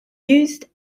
used